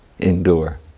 Endure